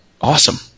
Awesome